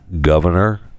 Governor